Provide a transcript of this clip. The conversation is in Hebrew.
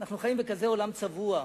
אנחנו חיים בכזה עולם צבוע: